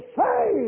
say